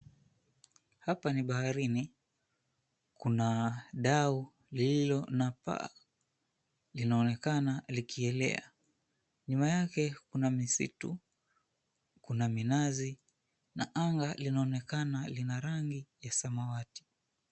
Hapa ni baharini. Kuna dau lililo na paa linaonekana likielea. Nyuma yake kuna misitu. Kuna minazi na anga linaonekana lina rangi ya samawati.